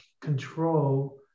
control